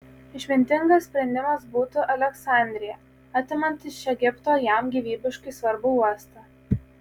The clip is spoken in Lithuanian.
išmintingas sprendimas būtų aleksandrija atimant iš egipto jam gyvybiškai svarbų uostą